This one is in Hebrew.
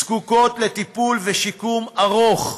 זקוקות לטיפול ושיקום ארוך.